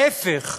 להפך,